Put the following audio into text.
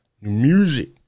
Music